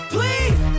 Please